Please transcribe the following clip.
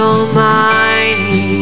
Almighty